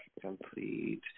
Complete